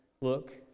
Look